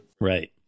Right